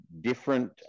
different